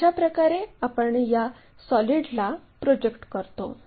अशा प्रकारे आपण या सॉलिडला प्रोजेक्ट करतो